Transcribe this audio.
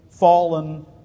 Fallen